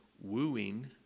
wooing